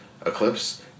eclipse